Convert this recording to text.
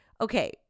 okay